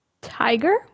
Tiger